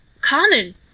common